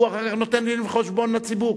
והוא אחר כך נותן דין-וחשבון לציבור.